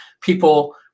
people